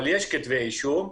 אבל יש כתבי אישום.